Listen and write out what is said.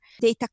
data